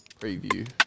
preview